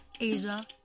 Asia